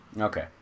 Okay